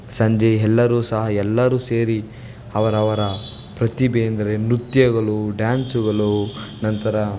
ಸಂಜೆ ಎಲ್ಲರು ಸಹ ಎಲ್ಲರು ಸೇರಿ ಅವರವರ ಪ್ರತಿಭೆ ಎಂದರೆ ನೃತ್ಯಗಳು ಡ್ಯಾನ್ಸುಗಳು ನಂತರ